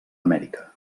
amèrica